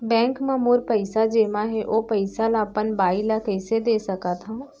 Bank म मोर पइसा जेमा हे, ओ पइसा ला अपन बाई ला कइसे दे सकत हव?